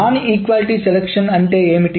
సమానత్వం లేని ఎంపికలో ఏమిటి